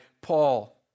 Paul